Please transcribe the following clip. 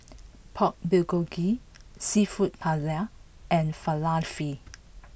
Pork Bulgogi Seafood Paella and Falafel